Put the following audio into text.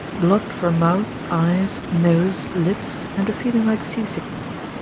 blood from mouth, eyes, nose, lips, and a feeling like sea-sickness.